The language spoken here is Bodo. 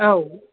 औ